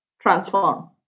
transform